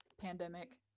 pandemic